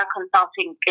Consulting